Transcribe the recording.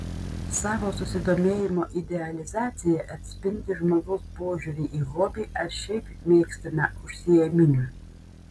savo susidomėjimo idealizacija atspindi žmogaus požiūrį į hobį ar šiaip mėgstamą užsiėmimą